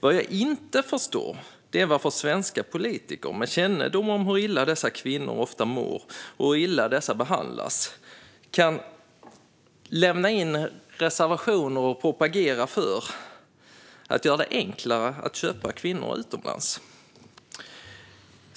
Vad jag inte förstår är varför svenska politiker med kännedom om hur illa dessa kvinnor ofta mår och behandlas kan lämna in reservationer och propagera för att göra det enklare att köpa kvinnor utomlands.